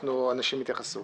אתן לאנשים להתייחס.